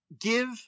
give